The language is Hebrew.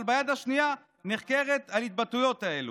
אבל ביד השנייה נחקרת על ההתבטאויות האלה.